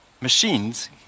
Machines